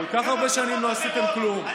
כך הרבה שנים לא עשיתם כלום,